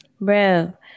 Bro